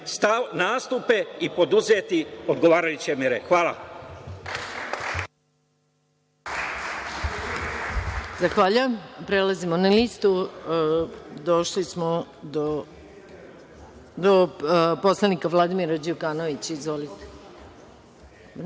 nastupe i poduzeti odgovarajuće mere. Hvala.